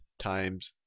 times